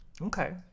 Okay